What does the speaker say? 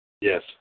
Yes